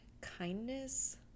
kindness